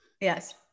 Yes